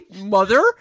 mother